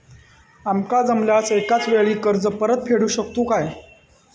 आमका जमल्यास एकाच वेळी कर्ज परत फेडू शकतू काय?